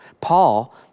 Paul